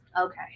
Okay